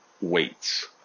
weights